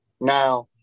Now